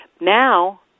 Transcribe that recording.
Now